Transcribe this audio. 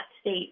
state